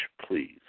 please